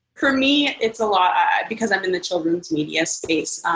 for me, it's a lot because i'm in the children's media space.